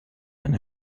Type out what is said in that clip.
and